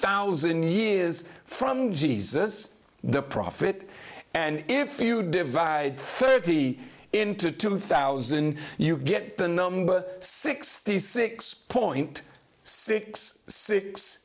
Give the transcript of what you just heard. thousand years from jesus the prophet and if you divide thirty into two thousand you get the number sixty six point six six